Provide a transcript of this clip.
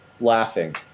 laughing